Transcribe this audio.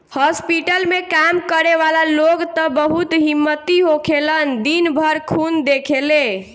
hospital में काम करे वाला लोग त बहुत हिम्मती होखेलन दिन भर खून देखेले